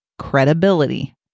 credibility